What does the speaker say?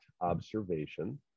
observation